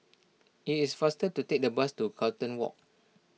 it is faster to take the bus to Carlton Walk